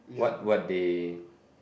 what what they